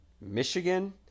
Michigan